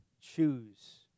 choose